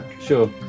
sure